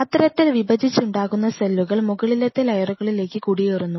അത്തരത്തിൽ വിഭജിച്ചുണ്ടാകുന്ന സെല്ലുകൾ മുകളിലത്തെ ലെയറുകളിലേക്ക് കുടിയേറുന്നു